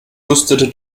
rüstete